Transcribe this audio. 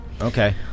Okay